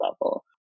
level